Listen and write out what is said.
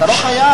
אתה לא חייב.